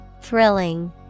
thrilling